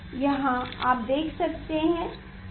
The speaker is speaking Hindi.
यहाँ आप देख सकते हैं